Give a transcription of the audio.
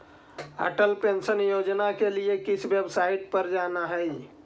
Atal pension योजना के लिए किस वेबसाईट पर जाना हई